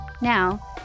Now